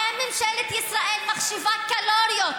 האם ממשלת ישראל מחשיבה קלוריות,